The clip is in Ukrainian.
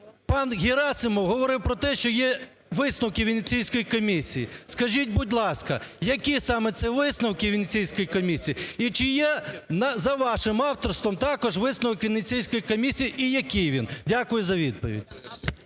Пан Герасимов говорив про те, що є висновки Венеційської комісії. Скажіть, будь ласка,, які саме це висновки Венеційської комісії, і чи є за вашим авторством також висновок Венеційської комісії і який він? Дякую за відповідь.